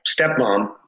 stepmom